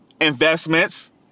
investments